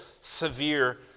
severe